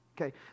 Okay